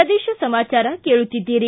ಪ್ರದೇಶ ಸಮಾಚಾರ ಕೇಳುತ್ತೀದ್ದಿರಿ